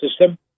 system